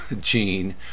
gene